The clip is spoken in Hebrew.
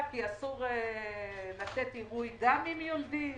כי אצלם אסור לתת עירוי דם אם יולדים.